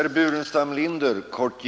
Om åtgärder mot